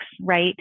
right